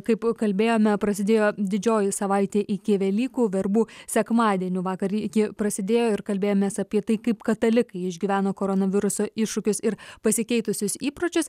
kaip kalbėjome prasidėjo didžioji savaitė iki velykų verbų sekmadieniu vakar iki prasidėjo ir kalbėjomės apie tai kaip katalikai išgyvena koronaviruso iššūkius ir pasikeitusius įpročius